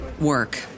Work